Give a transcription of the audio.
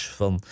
van